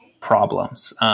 problems